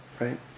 Right